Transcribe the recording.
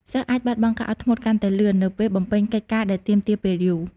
សិស្សអាចបាត់បង់ការអត់ធ្មត់កាន់តែលឿន នៅពេលបំពេញកិច្ចការដែលទាមទារពេលយូរ។